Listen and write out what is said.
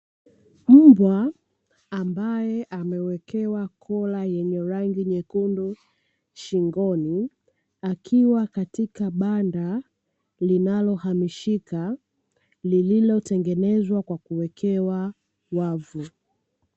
Mbwa ambaye amewekea kila yenye rangi nyekundu shingo, akiwa katika banda linaloamishika lililotengenezwa kwa kutumia wavu.